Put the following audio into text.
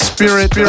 Spirit